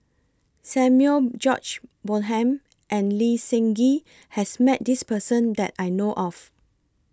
Samuel George Bonham and Lee Seng Gee has Met This Person that I know of